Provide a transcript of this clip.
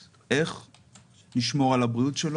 יש לי נגיעה בעניין הזה: אני מקבל פה משכורת.